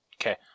Okay